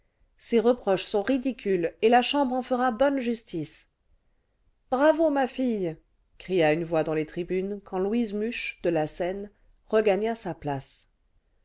ces reproches sont ridicules et la chambre en fera bonne justice bravq ma fille cria une voix dans les tribunes quand louise much e de la seine regagna sa place